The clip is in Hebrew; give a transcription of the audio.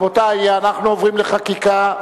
רבותי, אנחנו עוברים לחקיקה,